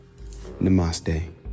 namaste